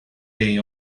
day